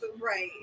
Right